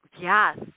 Yes